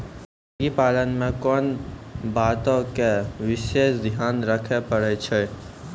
मुर्गी पालन मे कोंन बातो के विशेष ध्यान रखे पड़ै छै?